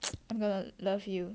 I'm gonna love you